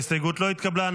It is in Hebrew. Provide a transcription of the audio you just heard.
ההסתייגות לא התקבלה.